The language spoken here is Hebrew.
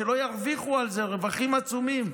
שלא ירוויחו על זה רווחים עצומים.